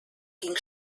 ging